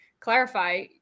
clarify